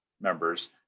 members